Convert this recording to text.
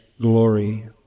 glory